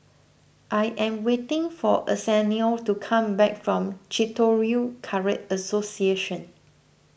I am waiting for Arsenio to come back from Shitoryu Karate Association